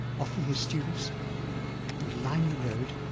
often his students would line the road,